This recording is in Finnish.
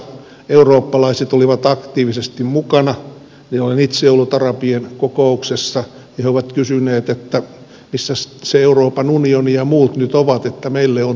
arabikeväässäkin eurooppalaiset olivat aktiivisesti mukana ja kun olen itse ollut arabien kokouksessa niin he ovat kysyneet että missäs se euroopan unioni ja muut nyt ovat kun meille on tullut talvi